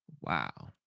Wow